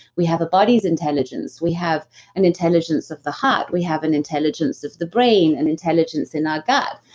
we have a body's intelligence. we have an intelligence of the heart we have an intelligence of the brain, an intelligence in our gut.